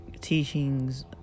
teachings